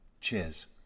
Cheers